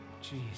Jesus